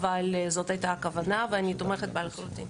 אבל זו הייתה הכוונה ואני תומכת בה לחלוטין.